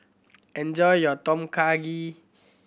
enjoy your Tom Kha